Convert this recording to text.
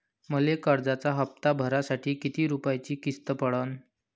मले कर्जाचा हप्ता भरासाठी किती रूपयाची किस्त पडन?